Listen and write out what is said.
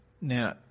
Now